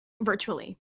virtually